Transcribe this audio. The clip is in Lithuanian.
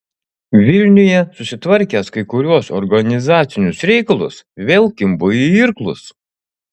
vilniuje susitvarkęs kai kuriuos organizacinius reikalus vėl kimbu į irklus